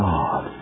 God